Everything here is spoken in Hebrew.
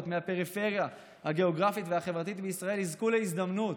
מהפריפריה הגיאוגרפית והחברתית בישראל יזכו להזדמנות,